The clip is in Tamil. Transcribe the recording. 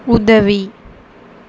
உதவி